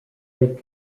had